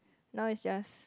now its just